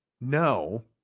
No